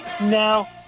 now